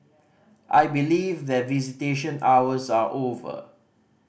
I believe that visitation hours are over